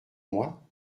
moi